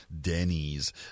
Denny's